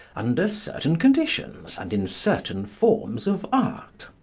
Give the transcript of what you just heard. under certain conditions, and in certain forms of art.